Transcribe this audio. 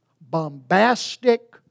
bombastic